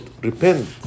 Repent